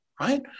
right